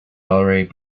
already